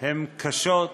הן קשות,